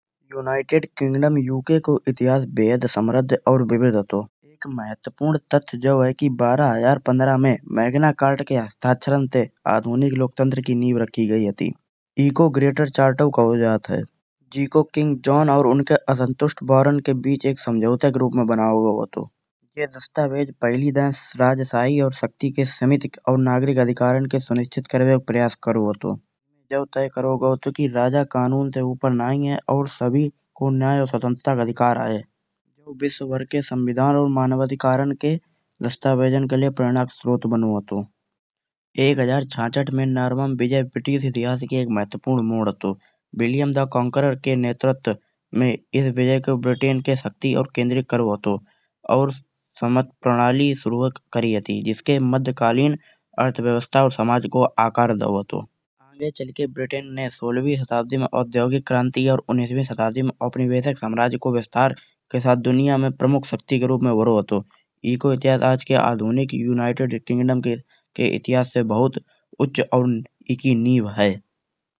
United Kingdom UK को इतिहास बेहद समृद्ध और विविध हतो । एक महत्वपूर्ण तथ्य जो है कि बारह सौ पंद्रह में मैग्नाकार्टा के हस्ताक्षरण से आधुनिक लोकतंत्र की नींव रखी गई हती। ईको ग्रेटर चार्टरु कहो जात है । जीको किंग जॉन और उनके असंतुष्ट बारान के बीच एक समझौता के रूप में बनाओ गाओ हतो। ये दस्तावेज पहलिदाए राजशाही और शक्ति के समेत और नागरिक अधिकारान को सुरक्षित करवे को प्रयास करो हतो। जो तय करो गाओ थो कि राजा कानून ते ऊपर नई है और सभी न्याय और स्वतंत्रता को अधिकार है । विश्वभर के संविधान और मानव अधिकार के दस्तावेज के लय प्रणव स्त्रोत बनाओ हतो। एक हजार चछत में नरवम विजय पीठेइतिहास की एक महत्वपूर्ण मोड़ हतो। विलियम द कॉन्करर के नेतृत्व में इस विजय को ब्रिटेन के शक्ति और केंद्रित करो हतो और समर्थ प्रणाली शुरुवाख करी हती। जिसके मध्यकालीन अर्थव्यवस्था और समाज को आकार दाओ हतो। आगे चलके ब्रिटेन ने सोलवी सदी में औद्योगिक क्रांति और उन्नीसवी सदी में उपनिवेशिक साम्राज्य को विस्तार के साथ दुनिया में प्रमुख शक्ति के रूप में करो हतो। ईको इतिहास आज के आधुनिक युनाइटेड किंगडम के इतिहास से बहुत उच्च और ईकी नींव है।